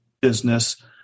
business